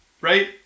right